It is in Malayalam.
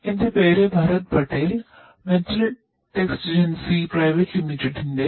എന്റെ പേര് ഭരത് പട്ടേൽ മെറ്റൽ ടെക്സിജൻസി പ്രൈവറ്റ് ലിമിറ്റഡിന്റെ